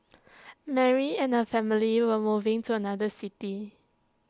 Mary and her family were moving to another city